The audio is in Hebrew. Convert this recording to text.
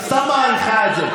את סתם מאריכה את זה.